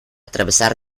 terbesar